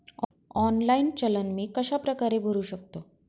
Online challan मी कशाप्रकारे भरु शकतो?